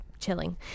chilling